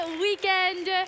weekend